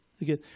again